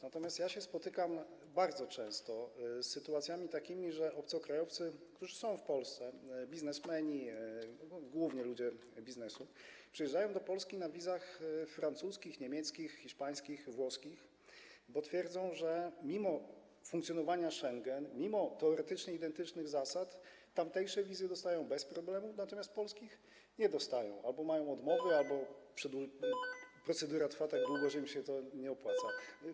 Natomiast bardzo często spotykam się z takimi sytuacjami, że obcokrajowcy, którzy są w Polsce, biznesmeni, głównie ludzie biznesu, przyjeżdżają do Polski na wizach francuskich, niemieckich, hiszpańskich, włoskich, bo twierdzą, że mimo funkcjonowania Schengen, mimo teoretycznie identycznych zasad tamtejsze wizy dostają bez problemu, natomiast polskich nie dostają, że albo mają odmowy, albo procedura trwa tak długo, że im się to nie opłaca.